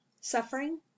suffering